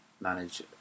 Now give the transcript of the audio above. manage